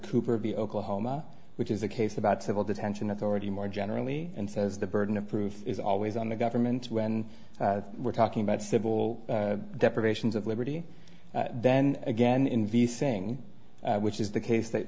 cooper v oklahoma which is a case about civil detention authority more generally and says the burden of proof is always on the government when we're talking about civil deprivations of liberty then again investing which is the case that